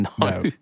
No